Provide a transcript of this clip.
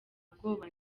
bwoba